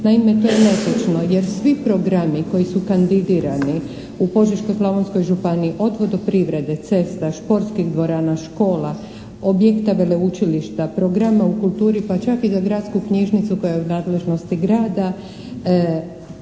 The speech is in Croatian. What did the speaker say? Naime, to je netočno jer svi programi koji su kandidirani u Požeško-slavonskoj županiji od vodoprivrede, cesta, športskih dvorana, škola, objekta veleučilišta, programa u kulturi pa čak i za gradsku knjižnicu koja je u nadležnosti grada,